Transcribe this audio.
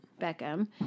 Beckham